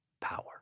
power